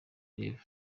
rev